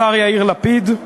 השר יאיר לפיד,